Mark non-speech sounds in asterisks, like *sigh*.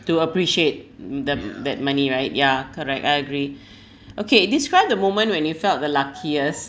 to appreciate mm the that money right ya correct I agree *breath* okay describe the moment when you felt the luckiest